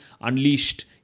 unleashed